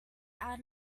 out